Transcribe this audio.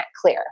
clear